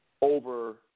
over